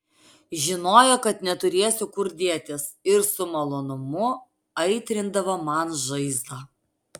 žinojo kad neturėsiu kur dėtis ir su malonumu aitrindavo man žaizdą